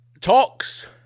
talks